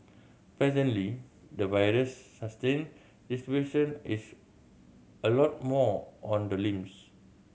presently the virus sustain distribution is a lot more on the limbs